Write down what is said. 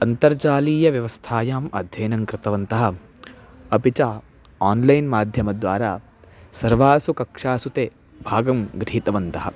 अन्तर्जालीयव्यवस्थायाम् अध्ययनं कृतवन्तः अपि च आन्लैन् माध्यमद्वारा सर्वासु कक्षासु ते भागं गृहीतवन्तः